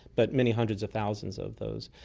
but many hundreds of thousands of those.